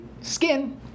skin